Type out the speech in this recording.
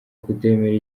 kutemera